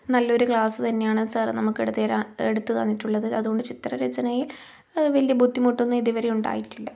നല്ലൊരു ക്ലാസ് തന്നെയാണ് സാർ നമുക്ക് എടുത്തു തരാ എടുത്തു തന്നിട്ടുള്ളത് അതുകൊണ്ട് ചിത്രരചനയിൽ വലിയ ബുദ്ധിമുട്ടൊന്നും ഇതുവരെ ഉണ്ടായിട്ടില്ല